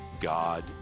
God